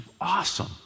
awesome